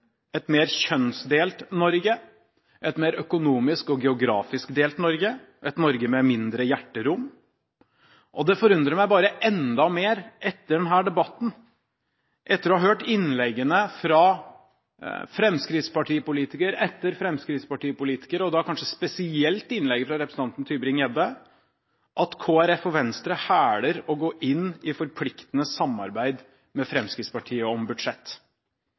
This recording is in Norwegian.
et mer kjønnsdelt Norge, et mer økonomisk og geografisk delt Norge og et Norge med mindre hjerterom. Det forundrer meg bare enda mer, etter denne debatten, etter å ha hørt innleggene fra fremskrittspartipolitiker etter fremskrittspartipolitiker – og da kanskje spesielt innlegget fra representanten Tybring-Gjedde – at Kristelig Folkeparti og Venstre hæler å gå inn i forpliktende samarbeid med Fremskrittspartiet om budsjett.